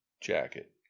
jacket